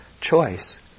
choice